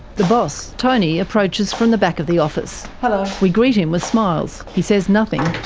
the boss, tony, approaches from the back of the office. but we greet him with smiles. he says nothing,